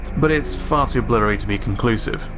but it's far too blurry to be conclusive,